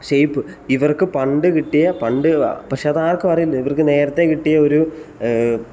shape ഇവർക്ക് പണ്ട് കിട്ടിയ പണ്ട് പക്ഷേ അതാർക്കും അറിയില്ല ഇവർക്ക് നേരത്തെ കിട്ടിയ ഒരു